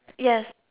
yes